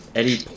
Eddie